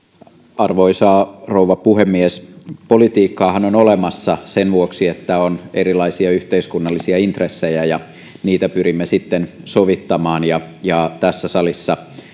arvoisa rouva puhemies politiikkaahan on olemassa sen vuoksi että on erilaisia yhteiskunnallisia intressejä ja niitä pyrimme sitten sovittamaan ja ja tässä salissa